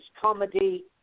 comedy